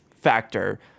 factor